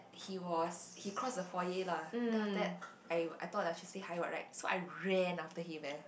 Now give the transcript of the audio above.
he was he cross the foyer lah then after that I I thought I should say hi what right so I ran after him eh